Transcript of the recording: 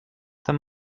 them